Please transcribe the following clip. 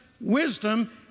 wisdom